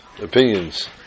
opinions